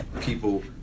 people